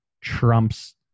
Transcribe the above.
trumps